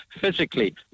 physically